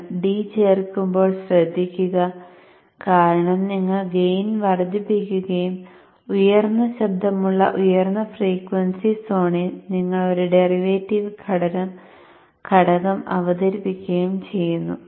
നിങ്ങൾ D ചേർക്കുമ്പോൾ ശ്രദ്ധിക്കുക കാരണം നിങ്ങൾ ഗെയിൻ വർദ്ധിപ്പിക്കുകയും ഉയർന്ന ശബ്ദമുള്ള ഉയർന്ന ഫ്രീക്വൻസി സോണിൽ നിങ്ങൾ ഒരു ഡെറിവേറ്റീവ് ഘടകം അവതരിപ്പിക്കുകയും ചെയ്യുന്നു